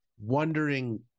wondering